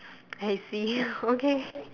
I see okay